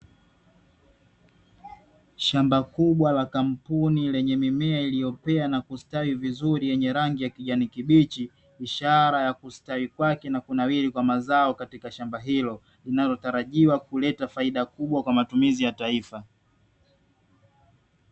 Shamba kubwa la kampuni, lenye mimea iliyopea na kustawi vizuri yenye rangi ya kijani kibichi, ishara ya kustawi kwake na kunawiri kwa mazao katika shamba hilo linalotarajiwa kuleta faida kubwa kwa matumizi ya taifa.